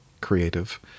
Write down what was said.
creative